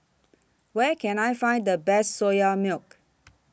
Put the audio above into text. Where Can I Find The Best Soya Milk